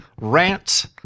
rant